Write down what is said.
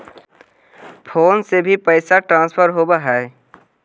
Phone से भी पैसा ट्रांसफर होवहै?